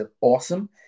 awesome